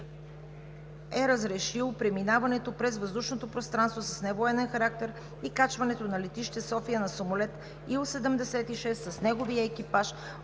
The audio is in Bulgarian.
е разрешил преминаването през въздушното пространство с невоенен характер и кацането на летище София на самолет Ил-76 с неговия екипаж